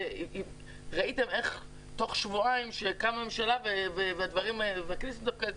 ראיתם בתוך שבועיים שהקמנו ממשלה והכנסת מתפקדת,